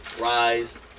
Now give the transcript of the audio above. rise